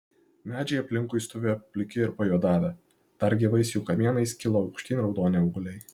medžiai aplinkui stovėjo pliki ir pajuodavę dar gyvais jų kamienais kilo aukštyn raudoni augliai